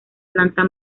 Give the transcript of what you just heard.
planta